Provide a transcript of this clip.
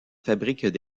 fabriquent